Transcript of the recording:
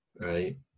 right